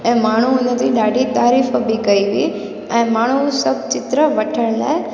ऐं माण्हू उन्हनि जी ॾाढी तारीफ़ बि कई हुई ऐं माण्हू उहे सभु चित्र वठण लाइ